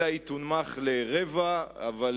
אלא היא תונמך לרבע או